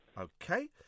Okay